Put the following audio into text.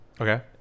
Okay